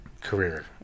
career